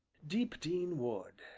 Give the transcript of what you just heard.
deepdene wood,